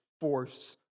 force